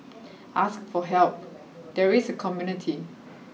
ask for help there is a community